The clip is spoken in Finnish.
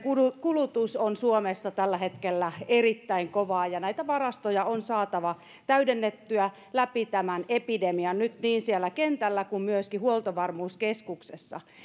kulutus on suomessa tällä hetkellä erittäin kovaa ja näitä varastoja on saatava täydennettyä nyt läpi tämän epidemian niin siellä kentällä kuin myöskin huoltovarmuuskeskuksessa